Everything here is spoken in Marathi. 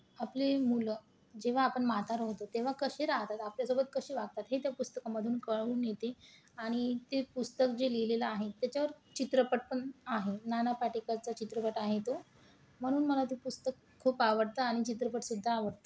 आपले मुलं जेव्हा आपण म्हातारं होतो तेव्हा कसे राहतात आपल्यासोबत कसे वागतात हे त्या पुस्तकामधून कळून येते आणि ते पुस्तक जे लिहिलेलं आहे त्याच्यावर चित्रपट पण आहे नाना पाटेकरचा चित्रपट आहे तो म्हणून मला ते पुस्तक खूप आवडतं आणि चित्रपटसुद्धा आवडतो